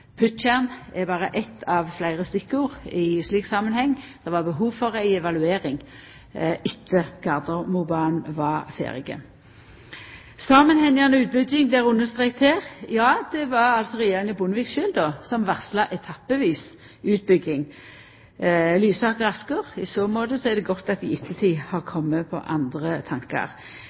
Puttjern er berre eitt av fleire stikkord i ein slik samanheng. Det var behov for ei evaluering etter at Gardermobanen var ferdig. Samanhengande utbygging blir understreka her. Ja, det var regjeringa Bondevik som sjølv varsla etappevis utbygging av Lysaker–Asker. I så måte er det godt at ein i ettertid har kome på andre tankar.